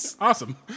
Awesome